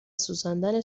سوزاندن